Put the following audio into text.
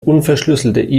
unverschlüsselte